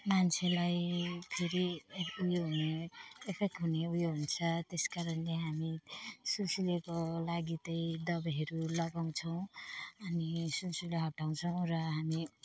मान्छेलाई फेरि उयो हुने एफेक्ट हुने उयो हुन्छ त्यस कारणले हामी सुलसुलेको लागि त दबाईहरू लगाउँछौँ अनि सुलसुले हटाउँछौँ र हामी